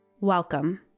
Welcome